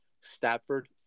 Stafford